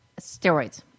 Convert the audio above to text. steroids